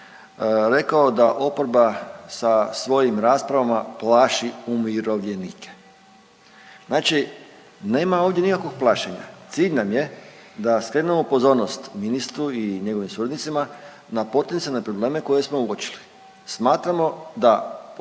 rekao da oporba sa svojim rasprava plaši umirovljenike. Znači nema ovdje nikakvog plašenja. Cilj nam je da skrenemo pozornost ministru i njegovim suradnicima na potencijalne probleme koje smo uočili. Smatramo da